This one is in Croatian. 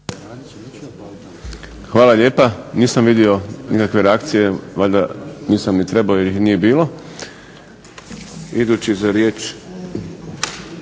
Hvala lijepa. Nisam vidio nikakve reakcije, valjda nisam ni trebao jer ih nije bilo.